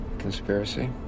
conspiracy